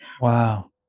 Wow